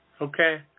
Okay